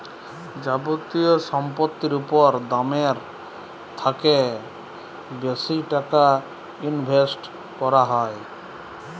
যাবতীয় সম্পত্তির উপর দামের থ্যাকে বেশি টাকা ইনভেস্ট ক্যরা হ্যয়